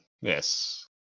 yes